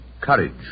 courage